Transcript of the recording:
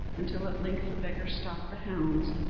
until at length the beggar stopped the hounds,